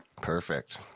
Perfect